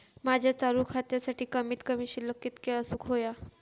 माझ्या चालू खात्यासाठी कमित कमी शिल्लक कितक्या असूक होया?